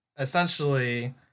Essentially